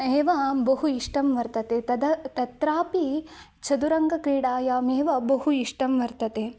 एव बहु इष्टं वर्तते तद् तत्रापि चतुरङ्गक्रीडायाम् एव बहु इष्टं वर्तते